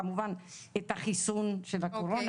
כמובן את החיסון של הקורונה.